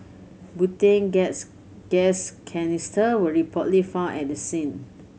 butane gas gas canister were reportedly found at the scene